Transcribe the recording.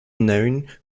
known